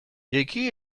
jaiki